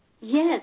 Yes